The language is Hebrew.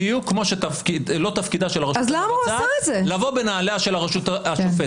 בדיוק כמו שלא תפקידה של הרשות המבצעת לבוא בנעליה של הרשות השופטת.